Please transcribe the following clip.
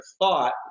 thought